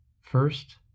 First